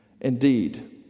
Indeed